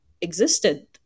existed